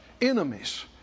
enemies